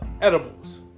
edibles